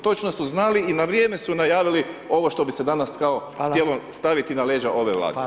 Točno su znali i na vrijeme su najavili ovo što bi se danas kao htjelo staviti na leđa ove Vlade.